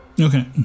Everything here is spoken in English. Okay